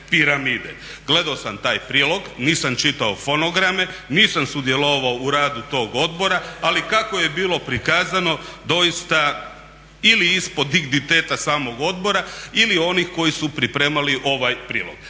piramide. Gledao sam taj prilog, nisam čitao fonograme, nisam sudjelovao u radu tog odbora, ali kako je bilo prikazano doista ili ispod digniteta samog odbora ili onih koji su pripremali ovaj prilog.